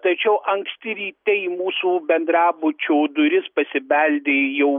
tačiau anksti ryte į mūsų bendrabučio duris pasibeldė jau